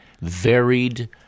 varied